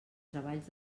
treballs